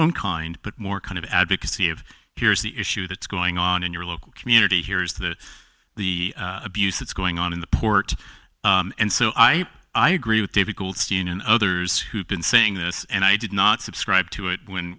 own kind but more kind of advocacy of here's the issue that's going on in your local community here is that the abuse that's going on in the port and so i i agree with david goldstein and others who've been saying this and i did not subscribe to it when